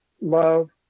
love